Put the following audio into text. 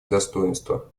достоинства